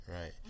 right